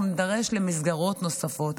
אנחנו נידרש למסגרות נוספות,